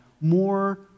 more